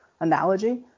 analogy